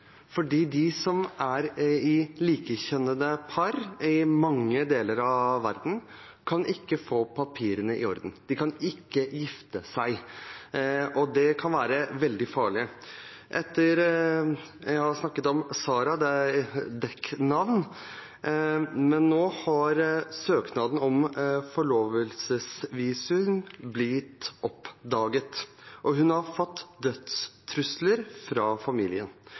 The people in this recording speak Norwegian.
fordi likekjønnede par i mange deler av verden ikke kan få papirene i orden. De kan ikke gifte seg, og det kan være veldig farlig. Jeg har snakket om «Sara», det er et dekknavn. Nå har søknaden om forlovelsesvisum blitt oppdaget, og hun har fått dødstrusler fra familien.